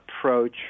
approach